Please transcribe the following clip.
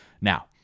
now